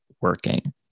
working